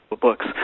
books